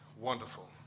wonderful